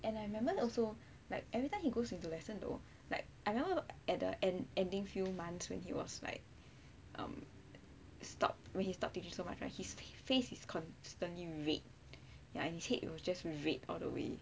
and I remember also like every time he goes into lesson though like I remember at the end ending few months when he was like um stopped when he stopped talking so much right his face is constantly red ya and his head was just red all the way